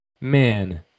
man